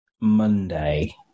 Monday